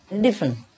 different